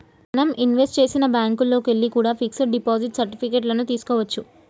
మనం ఇన్వెస్ట్ చేసిన బ్యేంకుల్లోకెల్లి కూడా పిక్స్ డిపాజిట్ సర్టిఫికెట్ లను తీస్కోవచ్చు